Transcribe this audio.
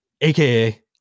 aka